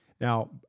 Now